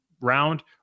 round